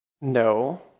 no